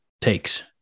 takes